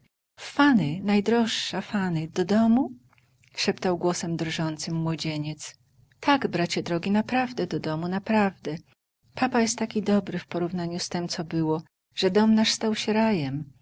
fanny najdroższa fanny do domu szeptał głosem drżącym młodzieniec tak bracie drogi naprawdę do domu naprawdę papa jest taki dobry w porównaniu z tem co było że dom nasz stał się rajem